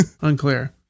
Unclear